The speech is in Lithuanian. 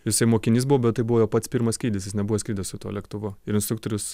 jisai mokinys buvo bet tai buvo jo pats pirmas skrydis jis nebuvo skridęs su tuo lėktuvu ir instruktorius